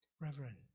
Reverend